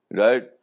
right